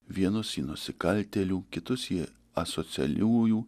vienus į nusikaltėlių kitus į asocialiųjų